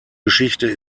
geschichte